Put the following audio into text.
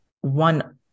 one